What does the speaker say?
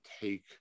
take